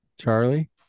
Charlie